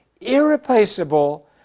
irreplaceable